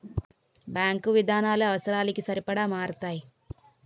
bank విధానాలు అవసరాలకి సరిపడా మారతాయి